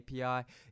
API